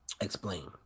Explain